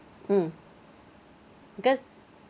mm because